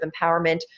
empowerment